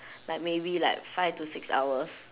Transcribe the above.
like maybe like five to six hours